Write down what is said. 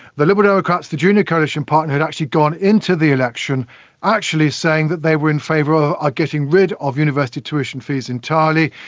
the liberal democrats, the junior coalition partner, had actually gone into the election actually saying that they were in favour of ah ah getting rid of university tuition fees entirely.